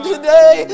today